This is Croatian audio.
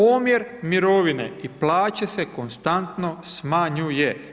Omjer mirovine i plaće se konstantno smanjuje.